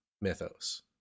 mythos